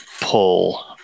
pull